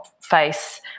face